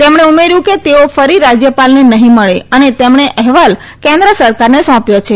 તેમણે ઉમેર્થુ કે તેઓ ફરી રાજય ાલને નહી મળે અને તેમણે અહેવાલ કેન્દ્ર સકારને સોંપ્યો છે